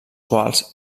quals